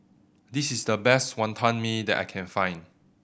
this is the best Wonton Mee that I can find